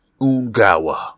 Ungawa